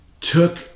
took